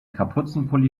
kapuzenpulli